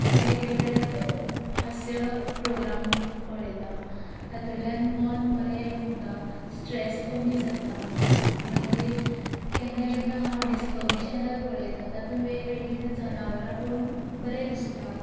वेग वेगळे हास्य प्रोग्राम पळयतां तातुंतल्यान मन बरें उरता स्ट्रॅस कमी जाता मागीर केन्ना केन्ना हांव डिस्कवरी चॅनल पळयतां तातूंत वेग वेगळे जनावरां पळोवन बरें दिसता